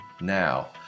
now